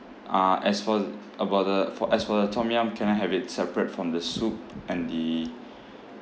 uh as for the about the f~ as for the tom yum can I have it separate from the soup and the